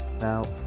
Now